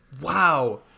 Wow